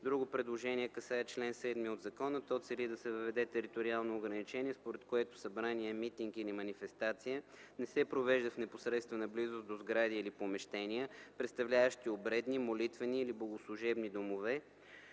Друго предложение касае чл. 7 от закона. То цели да се въведе териториално ограничение, според което събрание, митинг или манифестация не се провежда в непосредствена близост до сгради или помещения, представляващи обредни, молитвени или богослужебни домове,